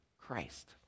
Christ